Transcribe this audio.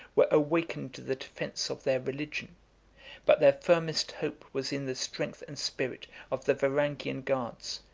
were awakened to the defence of their religion but their firmest hope was in the strength and spirit of the varangian guards,